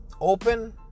open